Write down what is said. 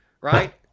Right